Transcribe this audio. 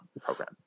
program